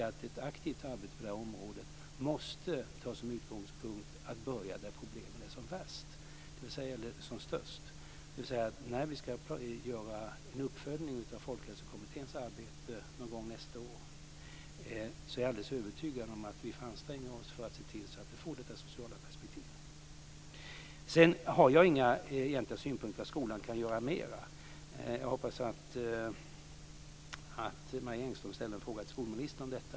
Ett aktivt arbete på detta området måste ha som utgångspunkt att man börjar med problemen där de är som störst. När vi ska göra en uppföljning av Folkhälsokommitténs arbete någon gång nästa år är jag alldeles övertygad om att vi får anstränga oss för se till att det får detta sociala perspektiv. Jag har inte några egentliga synpunkter på vad skolan kan göra mer. Jag hoppas att Marie Engström ställer en fråga till skolministern om detta.